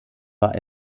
war